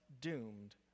doomed